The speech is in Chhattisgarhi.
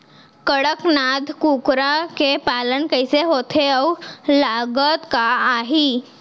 कड़कनाथ कुकरा के पालन कइसे होथे अऊ लागत का आही?